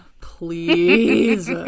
Please